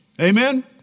Amen